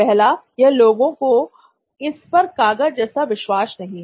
पहला यह कि लोगों को इस पर कागज जैसा विश्वास नहीं है